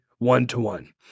one-to-one